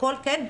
הכול כן,